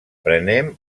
prenem